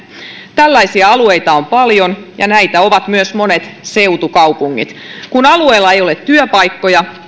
tällaisia alueita on paljon ja näitä ovat myös monet seutukaupungit kun alueella ei ole työpaikkoja